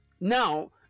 Now